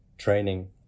Training